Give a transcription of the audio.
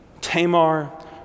Tamar